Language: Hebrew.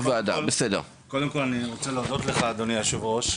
קודם כל, אני רוצה להודות לך אדוני היושב ראש.